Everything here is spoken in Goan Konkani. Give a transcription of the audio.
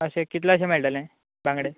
अशें कितले अशें मेळटलें बांगडे